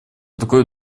такой